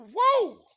Whoa